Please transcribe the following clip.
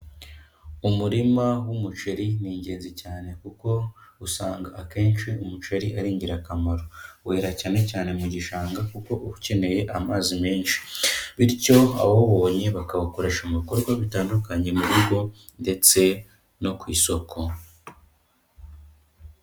Umurima w'umuceri ni ingenzi cyane kuko usanga akenshi umuceri ari ingirakamaro, wera cyane cyane mu gishanga kuko uba ukeneye amazi menshi, bityo abawubonye bakawukoresha mu bikorwa bitandukanye mu rugo, ndetse no ku isoko.